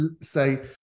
say